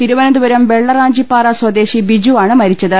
തിരു വനന്തപുരം വെള്ളറാഞ്ചിപ്പാറ സ്വദേശി ബിജുവാണ് മരിച്ചത്